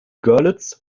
görlitz